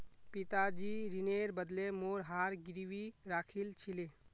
पिताजी ऋनेर बदले मोर हार गिरवी राखिल छिले